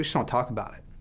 don't talk about it.